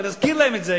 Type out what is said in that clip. ונזכיר להם את זה,